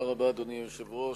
אדוני היושב-ראש,